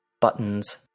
buttons